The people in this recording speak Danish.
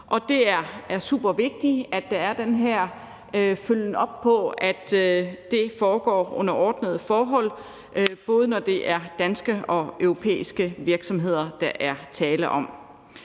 det er supervigtigt, at der er den her følgen op på, at det foregår under ordnede forhold, både når det er danske og europæiske virksomheder, der er tale om.